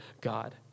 God